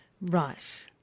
Right